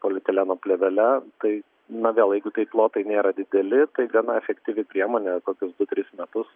polietileno plėvele tai na vel jeigu tai plotai nėra dideli tai gana efektyvi priemonė kokius du tris metus